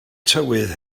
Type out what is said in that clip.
tywydd